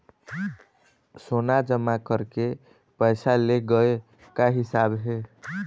सोना जमा करके पैसा ले गए का हिसाब हे?